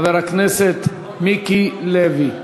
חבר הכנסת מיקי לוי.